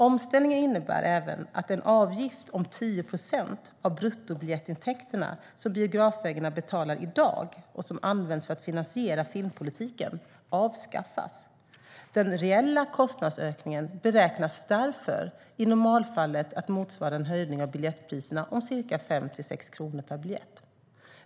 Omställningen innebär även att den avgift om 10 procent av bruttobiljettintäkterna som biografägarna betalar i dag och som använts för att finansiera filmpolitiken avskaffas. Den reella kostnadsökningen beräknas därför i normalfallet motsvara en höjning av biljettpriserna om ca 5-6 kronor per biljett.